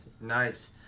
Nice